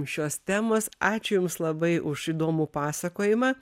šios temos ačiū jums labai už įdomų pasakojimą